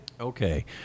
Okay